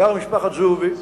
גרה משפחת זועבי.